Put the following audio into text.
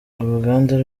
uruganda